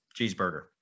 cheeseburger